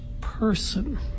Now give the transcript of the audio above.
person